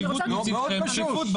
מאוד פשוט.